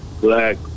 black